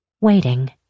waiting